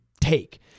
take